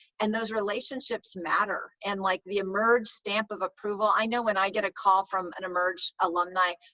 and those relationships matter. and like the emerge stamp of approval i know when i get a call from an emerge alumni,